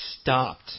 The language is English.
stopped